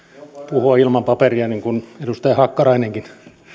puhua ilman paperia niin kuin edustaja hakkarainenkin